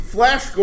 Flash